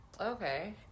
Okay